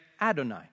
Adonai